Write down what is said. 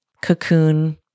cocoon